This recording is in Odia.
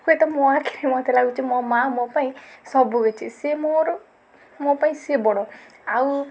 ହୁଏ ତ ମୋ ଆଖିରେ ମୋତେ ଲାଗୁଛି ମୋ ମାଆ ମୋ ପାଇଁ ସବୁକିଛି ସେ ମୋର ମୋ ପାଇଁ ସେ ବଡ଼ ଆଉ